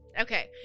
Okay